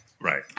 right